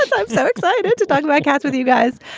i'm so excited to talk about cats with you guys.